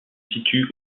situe